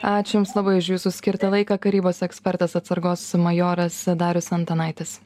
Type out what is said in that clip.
ačiū jums labai už jūsų skirtą laiką karybos ekspertas atsargos majoras majoras darius antanaitis